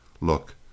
Look